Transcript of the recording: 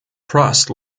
prost